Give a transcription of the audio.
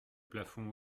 plafond